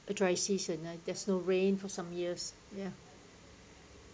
the dry season there's no rain for some years ya